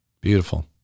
Beautiful